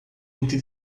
entre